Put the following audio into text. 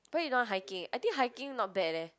why you don't want hiking I think hiking not bad leh